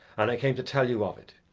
and i came to tell you of it.